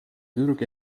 tüdruk